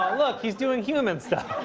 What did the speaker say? look, he is doing human stuff.